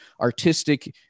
artistic